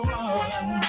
one